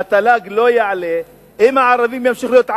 והתל"ג לא יעלה, אם הערבים ימשיכו להיות עניים.